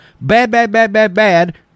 bad-bad-bad-bad-bad